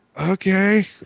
Okay